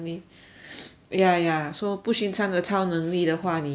ya ya so 不寻常的超能力的话你会要